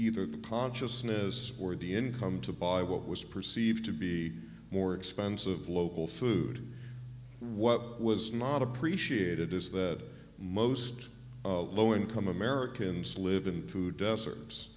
either the consciousness or the income to buy what was perceived to be more expensive local food what was not appreciated is that most low income americans live in food deserts